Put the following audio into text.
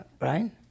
Right